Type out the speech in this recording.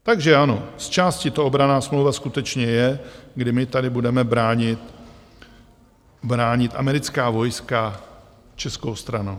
Takže ano, zčásti to obranná smlouva skutečně je, kdy my tady budeme bránit americká vojska českou stranou.